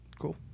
Cool